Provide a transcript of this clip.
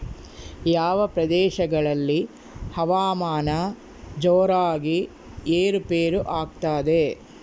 ಯಾವ ಪ್ರದೇಶಗಳಲ್ಲಿ ಹವಾಮಾನ ಜೋರಾಗಿ ಏರು ಪೇರು ಆಗ್ತದೆ?